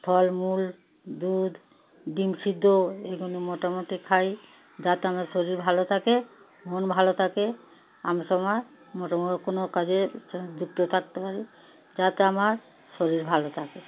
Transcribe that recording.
ফলমূল দুধ ডিম সিদ্ধ এগুলো মোটামুটি খাই যাতে আমার শরীর ভালো থাকে মন ভালো থাকে আমি সময় মোটামুটি কোনো কাজের সঙ্গে যুক্ত থাকতে পারি যাতে আমার শরীর ভালো থাকে